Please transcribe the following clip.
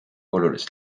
olulist